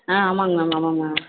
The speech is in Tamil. ஆ ஆமாங்க மேம் ஆமாங்க மேம்